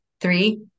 three